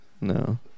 No